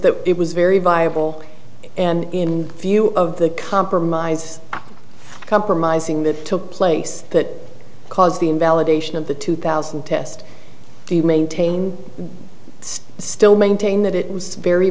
that it was very viable and in view of the compromise compromising that took place that caused the invalidation of the two thousand test the maintain its still maintain that it was very